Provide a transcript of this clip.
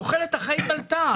תוחלת החיים עלתה,